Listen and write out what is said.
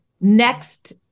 next